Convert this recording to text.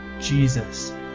Jesus